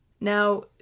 Now